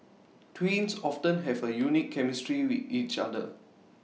twins often have A unique chemistry with each other